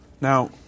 now